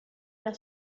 era